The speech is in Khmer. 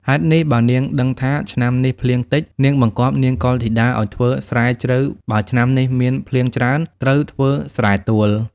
ហេតុនេះបើនាងដឹងថា ឆ្នាំនេះភ្លៀងតិច នាងបង្គាប់នាងកុលធីតាឲ្យធ្វើស្រែជ្រៅ បើឆ្នាំនេះ មានភ្លៀងច្រើន ត្រូវធ្វើស្រែទួល។